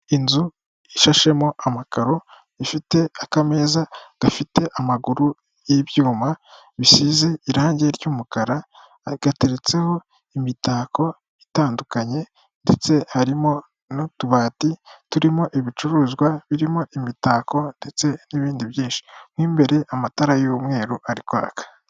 Inzu ishashemo amakaro ifite akameza gafite amaguru y'ibyuma bisize irangi ry'umukara, gateretseho imitako itandukanye ndetse harimo n'utubati turimo ibicuruzwa birimo imitako ndetse n'ibindi byinshi, mo imbere amatara y'umweru ari kwaka.